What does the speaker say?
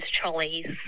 trolleys